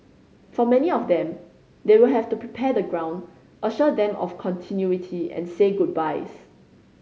for many of them they will have to prepare the ground assure them of continuity and say goodbyes